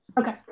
Okay